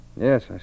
Yes